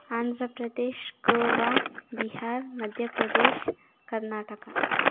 Andhra Pradesh Goa Bihar Madhya Pradesh Karnataka